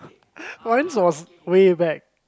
mine's was way back